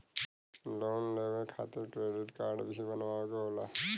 Loan लेवे खातिर credit काडे भी बनवावे के होला?